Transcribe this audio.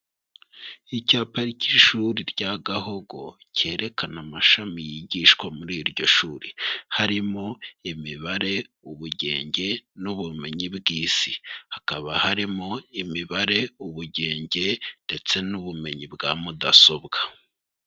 Icya cy'ishuri rya Gahogo, cyerekana amashami yigishwa muri iryo shuri, harimo Imibare, Ubugenge n'Ubumenyi bw'Isi, hakaba harimo Imibare, Ubugenge ndetse n'Ubumenyi bwa Mudasobwa.